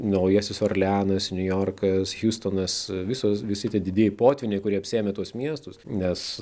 naujasis orleanas niujorkas hiustonas visos visi tie didieji potvyniai kurie apsiėmė tuos miestus nes